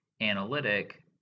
analytic